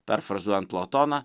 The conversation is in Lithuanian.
perfrazuojant platoną